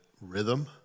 rhythm